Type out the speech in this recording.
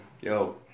Yo